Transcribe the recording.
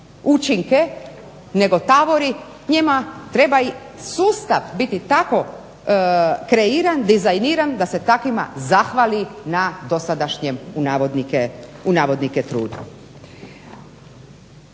učinke nego tavori njima treba sustav biti tako kreiran, dizajniran da se takvima zahvali na dosadašnjem u navodnike trudu.